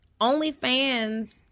OnlyFans